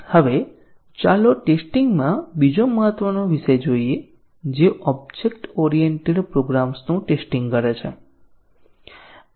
હવે ચાલો ટેસ્ટીંગ માં બીજો મહત્વનો વિષય જોઈએ જે ઓબ્જેક્ટ ઓરિએન્ટેડ પ્રોગ્રામ્સનું ટેસ્ટીંગ કરે છે